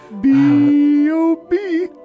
B-O-B